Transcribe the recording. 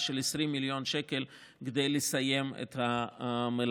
של 20 מיליון שקל כדי לסיים את המלאכה,